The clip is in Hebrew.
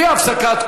ולכן,